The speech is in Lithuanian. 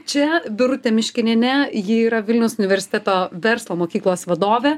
čia birutė miškinienė ji yra vilniaus universiteto verslo mokyklos vadovė